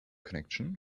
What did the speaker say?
connection